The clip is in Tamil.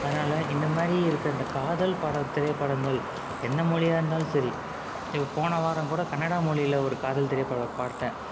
அதனால் இந்த மாதிரி இருக்கிற இந்த காதல் படம் திரைப்படங்கள் எந்த மொழியாக இருந்தாலும் சரி இப்போ போன வாரம் கூட கன்னடா மொழியில் ஒரு காதல் திரைப்படம் பார்த்தேன்